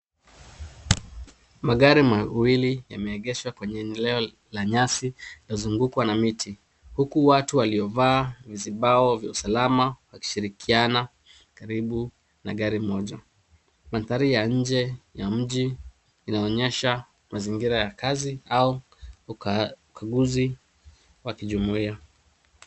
Magari mawili yameegeshwa kwenye eneo la nyasi inayozungukwa na miti huku watu waliovaa mizibao vya usalama wakishirikiana karibu na gari moja. Mandhari ya nje ya mji inaonyesha mazingira ya kazi au ukaguzi wa kijumuiya.